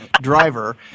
driver